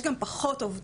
יש גם פחות עובדות.